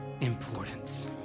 importance